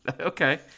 Okay